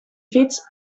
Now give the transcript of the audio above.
fits